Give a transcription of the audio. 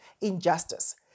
injustice